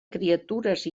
criatures